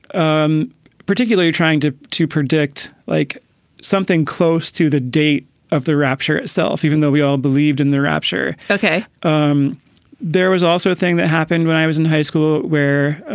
um particularly trying to to predict like something close to the date of the rapture itself. even though we all believed in the rapture. ok. um there there was also a thing that happened when i was in high school where